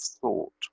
thought